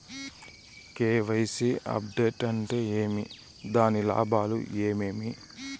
KYC update అంటే ఏమి? దాని లాభాలు ఏమేమి?